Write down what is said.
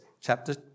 chapter